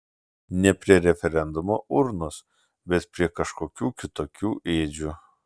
ne prie referendumo urnos bet prie kažkokių kitokių ėdžių